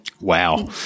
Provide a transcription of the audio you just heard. Wow